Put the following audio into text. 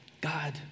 God